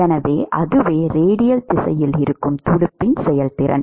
எனவே அதுவே ரேடியல் திசையில் இருக்கும் துடுப்பின் செயல்திறன்